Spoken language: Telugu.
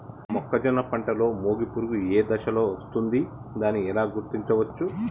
మొక్కజొన్న పంటలో మొగి పురుగు ఏ దశలో వస్తుంది? దానిని ఎలా గుర్తించవచ్చు?